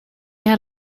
had